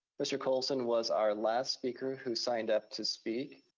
mr. coulson was our last speaker who signed up to speak.